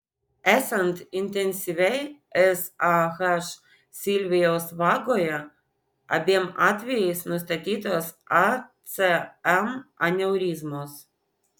esant intensyviai sah silvijaus vagoje abiem atvejais nustatytos acm aneurizmos